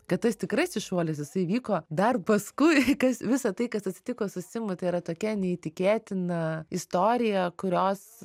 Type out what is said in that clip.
kad tas tikrasis šuolis jisai įvyko dar paskui kas visa tai kas atsitiko su simu yra tokia neįtikėtina istorija kurios